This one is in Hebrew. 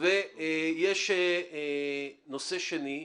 ויש נושא שני,